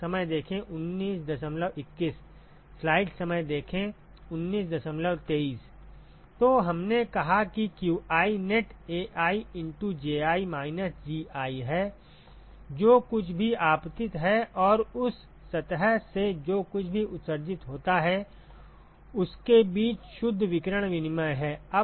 छात्र तो हमने कहा कि qi net Ai into Ji minus Gi है जो कुछ भी आपतित है और उस सतह से जो कुछ भी उत्सर्जित होता है उसके बीच शुद्ध विकिरण विनिमय है